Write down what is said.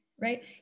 right